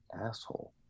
asshole